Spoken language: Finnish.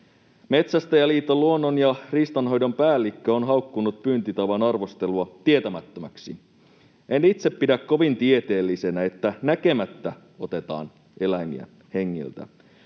Metsästäjäliiton luonnon- ja riistanhoidon päällikkö on haukkunut pyyntitavan arvostelua tietämättömäksi. En itse pidä kovin tieteellisenä sitä, että näkemättä otetaan eläimiä hengiltä,